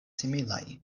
similaj